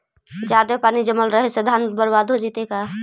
जादे पानी जमल रहे से धान बर्बाद हो जितै का?